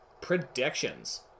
predictions